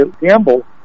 gamble